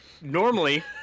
normally